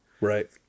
Right